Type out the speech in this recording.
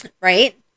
Right